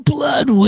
Blood